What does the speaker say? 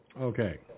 Okay